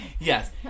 Yes